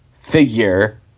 figure